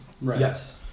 Yes